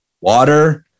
water